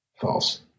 False